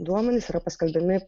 duomenys yra paskelbiami